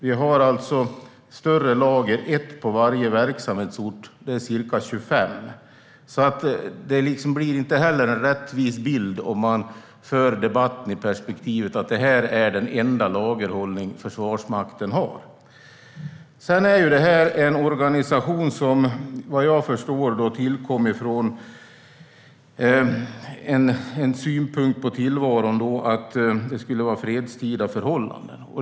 Vi har ett större lager på varje verksamhetsort, vilket blir ca 25. Det ger alltså inte en rättvis bild om man för debatten i perspektivet att detta är den enda lagerhållning Försvarsmakten har. Denna organisation tillkom enligt en synpunkt på tillvaron att det skulle vara fredstida förhållanden.